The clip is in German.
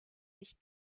nicht